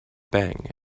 bang